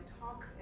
talk